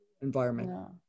environment